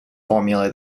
formula